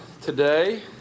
today